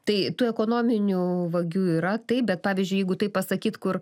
tai tų ekonominių vagių yra taip bet pavyzdžiui jeigu taip pasakyt kur